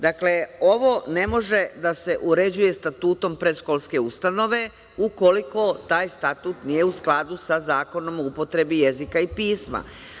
Dakle, ovo ne može da se uređuje statutom predškolske ustanove ukoliko taj statut nije u skladu sa Zakonom o upotrebi jezika i pisma.